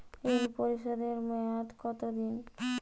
ঋণ পরিশোধের মেয়াদ কত দিন?